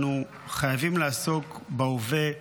אנחנו חייבים לעסוק בהווה,